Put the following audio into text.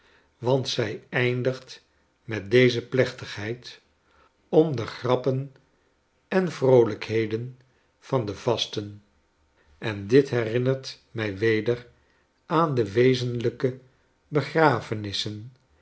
want zij eindigt met deze plechtigheid om de grappen en vroolijkheden van de vasten en dit herinnert mij weder aan de wezenlijke